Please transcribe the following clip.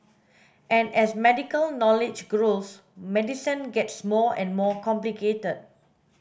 and as medical knowledge grows medicine gets more and more complicated